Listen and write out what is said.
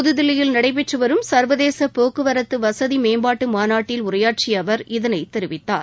புதுதில்லியில் நடைபெற்று வரும் சர்வதேச போக்குவரத்து வசதி மேம்பாட்டு மாநாட்டில் உரையாற்றிய அவர் இதனை தெரிவித்தார்